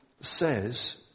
says